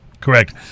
Correct